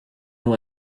nous